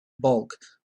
bulk